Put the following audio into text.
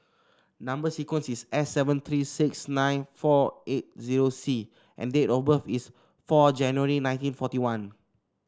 number sequence is S seven three six nine four eight zero C and date of birth is four January nineteen forty one